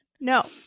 no